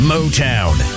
Motown